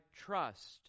trust